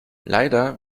leider